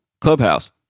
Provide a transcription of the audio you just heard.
clubhouse